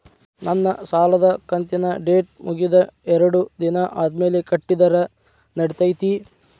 ನನ್ನ ಸಾಲದು ಕಂತಿನ ಡೇಟ್ ಮುಗಿದ ಎರಡು ದಿನ ಆದ್ಮೇಲೆ ಕಟ್ಟಿದರ ನಡಿತೈತಿ?